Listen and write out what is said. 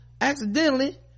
accidentally